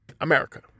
America